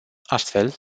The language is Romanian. astfel